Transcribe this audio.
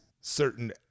certain